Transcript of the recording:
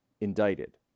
indicted